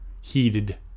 heated